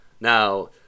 Now